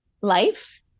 life